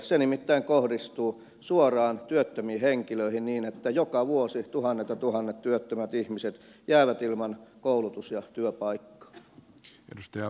se nimittäin kohdistuu suoraan työttömiin henkilöihin niin että joka vuosi tuhannet ja tuhannet työttömät ihmiset jäävät ilman koulutus ja työpaikkaa